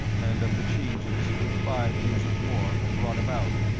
and of the changes which five years of war had brought about.